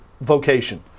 vocation